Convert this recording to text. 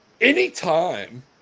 anytime